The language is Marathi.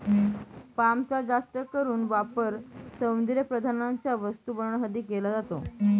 पामचा जास्त करून वापर सौंदर्यप्रसाधनांच्या वस्तू बनवण्यासाठी केला जातो